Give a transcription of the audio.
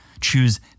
choose